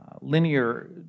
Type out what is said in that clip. linear